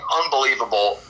unbelievable